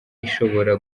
ishobora